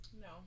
No